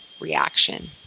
reaction